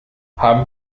haben